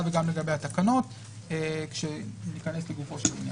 וגם לגבי התקנות כשניכנס לגופו של עניין.